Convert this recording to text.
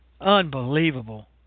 Unbelievable